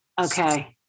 Okay